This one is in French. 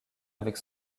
avec